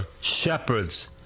shepherds